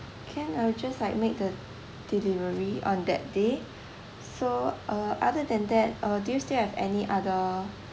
can I will just like make the delivery on that day so uh other than that uh do you still have any other